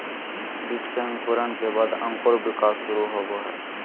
बीज के अंकुरण के बाद अंकुर विकास शुरू होबो हइ